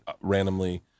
randomly